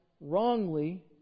wrongly